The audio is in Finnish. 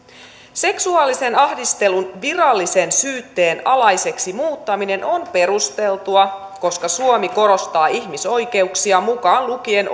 seksuaalisen ahdistelun virallisen syytteen alaiseksi muuttaminen on perusteltua koska suomi korostaa ihmisoikeuksia mukaan lukien